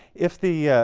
if the